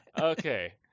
okay